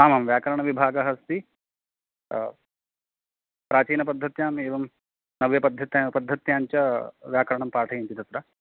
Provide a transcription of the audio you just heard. आमां व्याकरणविभगः अस्ति प्राचीनपद्धत्याम् एवं नव्यपद्धत्या पद्धत्यां च व्याकरणं पाठयन्ति तत्र